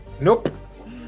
Nope